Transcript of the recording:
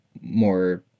more